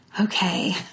Okay